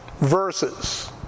verses